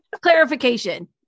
Clarification